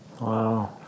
Wow